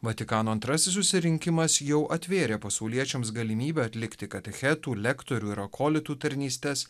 vatikano antrasis susirinkimas jau atvėrė pasauliečiams galimybę atlikti katechetų lektorių ir akolitų tarnystes